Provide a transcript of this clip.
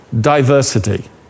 diversity